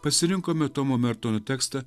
pasirinkome tomo mertono tekstą